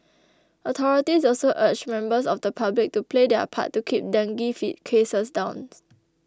authorities also urged members of the public to play their part to keep dengue cases downs